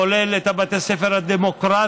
כולל את בתי הספר הדמוקרטיים,